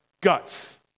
guts